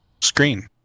screen